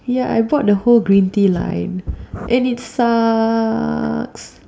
yeah I bought the whole green tea line and it sucks